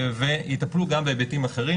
ויטפלו גם בהיבטים אחרים.